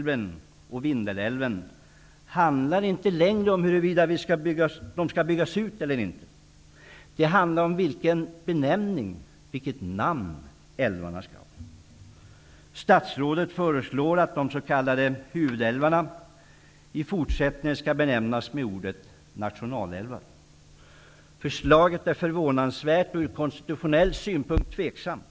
Vindelälven -- handlar inte längre om huruvida de skall byggas ut eller inte. Den handlar om vilken benämning, vilket namn, älvarna skall ha. Statsrådet föreslår att de s.k. huvudälvarna i fortsättningen skall benämnas nationalälvar. Förslaget är förvånansvärt och från konstitutionell synpunkt tveksamt.